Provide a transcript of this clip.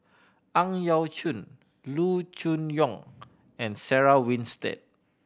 Ang Yau Choon Loo Choon Yong and Sarah Winstedt